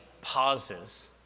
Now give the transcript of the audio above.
pauses